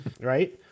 right